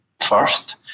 first